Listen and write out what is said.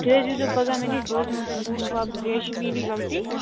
تُہۍ حظ ییٖزیو پگاہ مےٚ نِش بہٕ حظ دِمو تۄہہِ پونٛسہٕ واپس یہِ حظ چھِ میٛٲنی غلطی